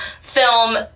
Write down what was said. film